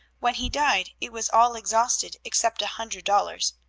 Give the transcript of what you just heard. when he died it was all exhausted except a hundred dollars.